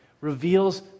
reveals